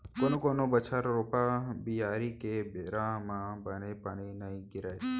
कोनो कोनो बछर रोपा, बियारी के बेरा म बने पानी नइ गिरय